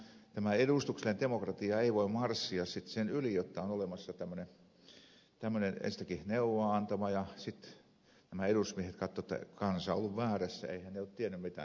tämä edustuksellinen demokratia ei voi marssia sitten sillä tavalla yli jotta on olemassa enstäinkin tämmöinen neuvoa antava ja sitten nämä edusmiehet katsovat että kansa on ollut väärässä eihän se ole tiennyt mitä se on äänestänyt kyllä me kuitenkin olemme viisaampia